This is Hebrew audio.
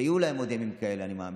ויהיו להם עוד ימים כאלה, אני מאמין,